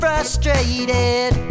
Frustrated